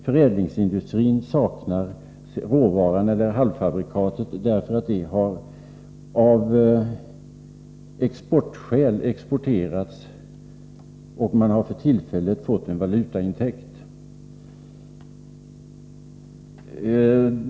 Förädlingsindustrin saknar råvaran eller halvfabrikatet, som man har exporterat för att få en tillfällig valutaintäkt.